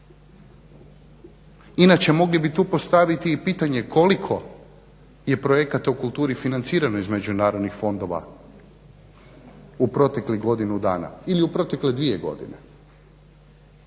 Inače mogli bi tu postaviti i pitanje koliko je projekata u kulturi financirano iz međunarodnih fondova u proteklih godinu dana ili u protekle dvije godine?